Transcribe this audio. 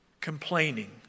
complaining